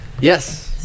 Yes